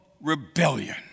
rebellion